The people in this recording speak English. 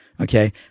Okay